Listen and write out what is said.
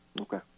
Okay